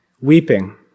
weeping